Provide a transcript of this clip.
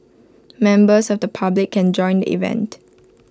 members of the public can join event